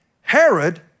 Herod